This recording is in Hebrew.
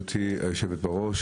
גברתי היושבת-ראש,